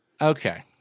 Okay